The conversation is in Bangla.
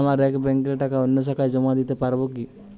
আমার এক ব্যাঙ্কের টাকা অন্য শাখায় জমা দিতে পারব কি?